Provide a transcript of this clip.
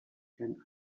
can